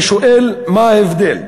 אני שואל, מה ההבדל?